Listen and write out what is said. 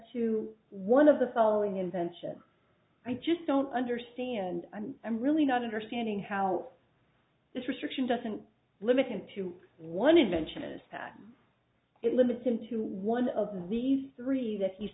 to one of the following invention i just don't understand and i'm really not understanding how this restriction doesn't limited to one invention is that it limits him to one of these three that